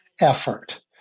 effort